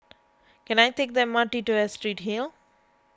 can I take the M R T to Astrid Hill